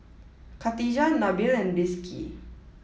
Khatijah Nabil and Rizqi